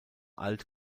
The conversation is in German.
alt